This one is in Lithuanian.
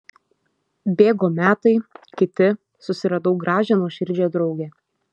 bėgo metai kiti susiradau gražią nuoširdžią draugę